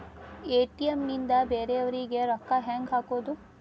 ATM ನಿಂದ ಬೇರೆಯವರಿಗೆ ರೊಕ್ಕ ಹೆಂಗ್ ಹಾಕೋದು?